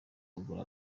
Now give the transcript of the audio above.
kugura